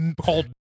called